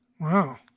wow